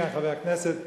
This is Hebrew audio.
חבר הכנסת פיניאן,